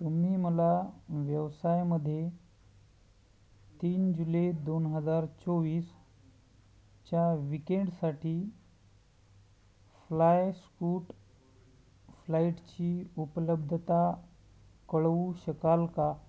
तुम्ही मला व्यवसायामध्ये तीन जुले दोन हजार चोवीसच्या विकेंडसाठी फ्लाय स्कूट फ्लाईटची उपलब्धता कळवू शकाल का